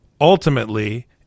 ultimately